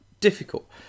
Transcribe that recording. difficult